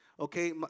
Okay